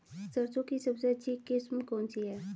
सरसों की सबसे अच्छी किस्म कौन सी है?